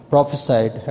Prophesied